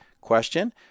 Question